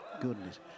Goodness